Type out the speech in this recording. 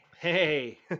hey